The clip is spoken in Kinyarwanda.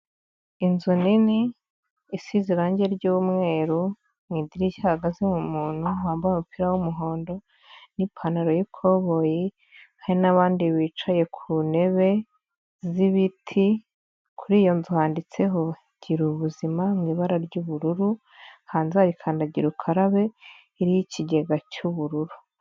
Inzu nini isize irange ry'umweru, mu idirishya hahagazemo umuntu wambaye umupira w'umuhondo n'ipantaro y'ikoboyi, hari n'abandi bicaye ku ntebe z'ibiti. Kuri iyo nzu handitseho gira ubuzima mu ibara ry'ubururu, hanze hari kandagira ukarabe iriho ikigega cy'ubururu.